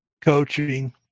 Coaching